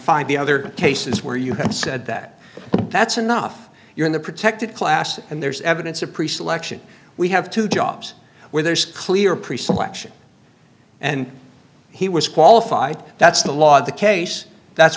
find the other cases where you have said that that's enough you're in the protected class and there's evidence of pre selection we have two jobs where there's clear pre selection and he was qualified that's the law of the case that's